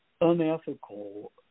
unethical